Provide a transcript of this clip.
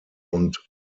und